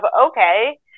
okay